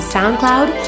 SoundCloud